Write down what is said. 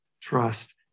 trust